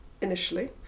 initially